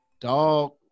Dog